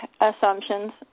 assumptions